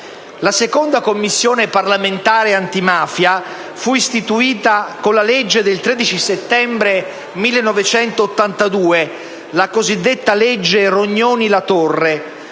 La seconda Commissione parlamentare antimafia fu istituita con la legge 13 settembre 1982, n. 646 (cosiddetta legge Rognoni-La Torre)